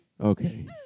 Okay